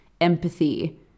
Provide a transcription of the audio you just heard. empathy